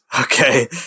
Okay